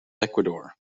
ecuador